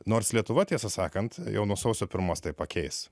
nors lietuva tiesą sakant jau nuo sausio pirmos tai pakeis